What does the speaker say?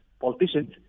politicians